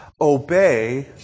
obey